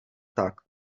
tak